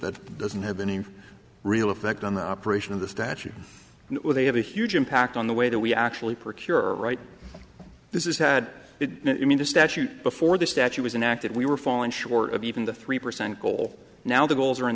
that doesn't have any real effect on the operation of the statute and they have a huge impact on the way that we actually procure or write this is had it i mean the statute before the statute was enacted we were falling short of even the three percent goal now the goals are in